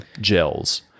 gels